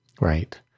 Right